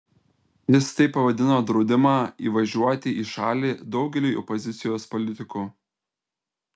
jis taip pavadino draudimą įvažiuoti į šalį daugeliui opozicijos politikų